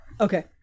Okay